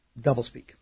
doublespeak